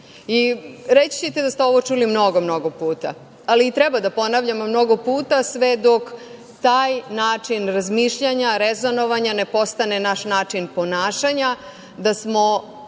Reći ćete da ste ovo čuli mnogo, mnogo puta, ali i treba da ponavljamo mnogo puta, sve dok taj način razmišljanja, rezonovanja, ne postane naš način ponašanja, da smo